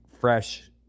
fresh